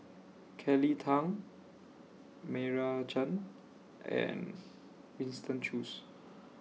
Kelly Tang Meira Chand and Winston Choos